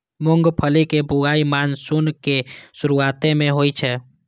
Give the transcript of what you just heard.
मूंगफलीक बुआई मानसूनक शुरुआते मे होइ छै